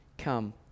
Come